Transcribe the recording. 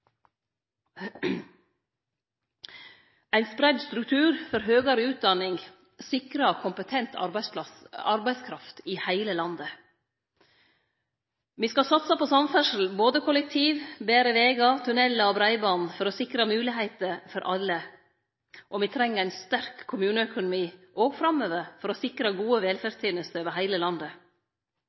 Ein spreidd struktur for høgare utdanning sikrar kompetent arbeidskraft i heile landet. Me skal satse på samferdsle, både kollektiv, betre vegar, tunnelar og breiband, for å sikre moglegheiter for alle. Me treng ein sterk kommuneøkonomi òg framover for å sikre gode velferdstenester over heile landet.